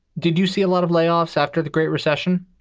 did you see a lot of layoffs after the great recession?